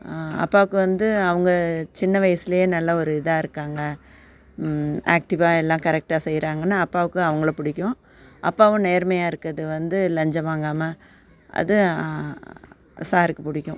அப்பாவுக்கு வந்து அவங்க சின்ன வயசுலேயே நல்ல ஒரு இதாக இருக்காங்க ஆக்ட்டிவாக எல்லாம் கரெக்டாக செய்கிறாங்கன்னு அப்பாவுக்கு அவங்களை பிடிக்கும் அப்பாவும் நேர்மையாக இருக்கிறது வந்து லஞ்சம் வாங்காமல் அது சாருக்கு பிடிக்கும்